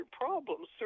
problems